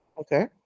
okay